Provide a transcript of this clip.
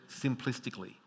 simplistically